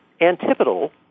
antipodal